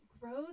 grows